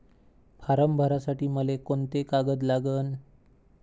Form भरासाठी मले कोंते कागद लागन?